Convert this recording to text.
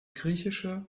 griechische